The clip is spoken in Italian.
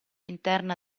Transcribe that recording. interna